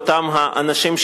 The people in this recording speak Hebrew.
עם אותם האנשים,